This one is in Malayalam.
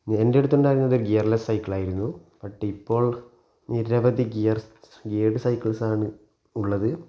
എൻ്റെ അടുത്ത് ഉണ്ടായിരുന്നത് ഗിയർലെസ്സ് സൈക്കിൾ ആയിരുന്നു ബട്ട് ഇപ്പോൾ നിരവധി ഗിയർ ഗിയേർഡ് സൈക്കിൾസ് ആണ് ഉള്ളത്